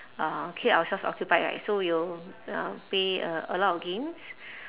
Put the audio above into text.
uh keep ourselves occupied right so we will uh play a a lot of games